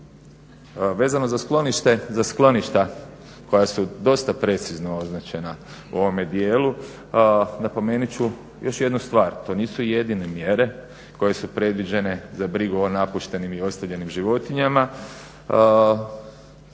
Vezano za skloništa koja su dosta precizno označena u ovome dijelu napomenut ću još jednu stvar, to nisu jedine mjere koje su predviđene za brigu o napuštenim i ostavljenim životinjama.